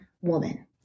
woman